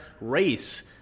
race